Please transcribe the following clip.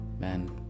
man